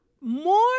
more